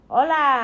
Hola